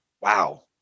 wow